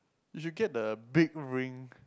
you should get the big ring